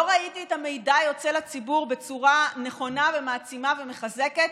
לא ראיתי את המידע יוצא לציבור בצורה נכונה ומעצימה ומחזקת,